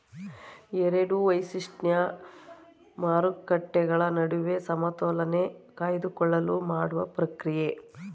ಎರಡು ವೈಶಿಷ್ಟ್ಯ ಮಾರುಕಟ್ಟೆಗಳ ನಡುವೆ ಸಮತೋಲನೆ ಕಾಯ್ದುಕೊಳ್ಳಲು ಮಾಡುವ ಪ್ರಕ್ರಿಯೆ